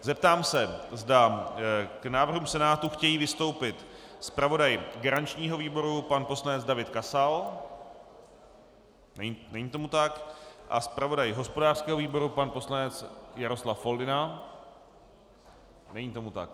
Zeptám se, zda k návrhům Senátu chtějí vystoupit zpravodaj garančního výboru pan poslanec David Kasal není tomu tak, a zpravodaj hospodářského výboru pan poslanec Jaroslav Foldyna není tomu tak.